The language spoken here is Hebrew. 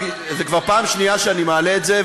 זו כבר הפעם השנייה שאני מעלה את זה,